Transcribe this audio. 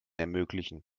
ermöglichen